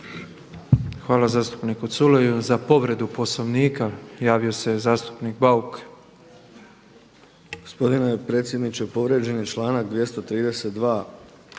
Hvala zastupniku Culeju. Za povredu Poslovnika javio se zastupnik Bauk.